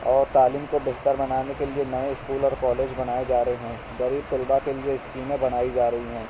اور تعلیم کو بہتر بنانے کے لیے نئے اسکول اور کالج بنائے جا رہے ہیں غریب طلبہ کے لیے اسکیمیں بنائی جا رہی ہیں